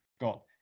Got